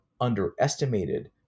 underestimated